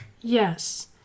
yes